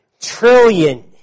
trillion